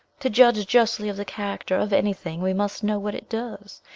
to judge justly of the character of anything, we must know what it does.